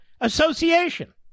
association